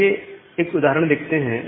आइए यहां एक उदाहरण देखते हैं